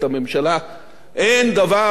אין דבר יותר רחוק מהאמת.